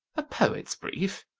a poet's brief!